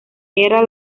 era